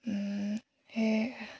সেই